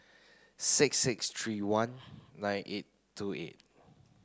six six three one nine eight two eight